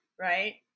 right